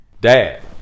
Dad